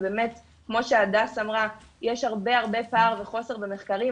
וכמו שהדס אמרה יש הרבה פער וחוסר במחקרים,